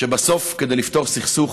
שבסוף, כדי לפתור סכסוך